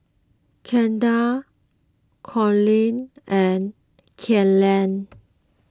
Kendall Cornel and Kaela